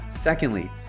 Secondly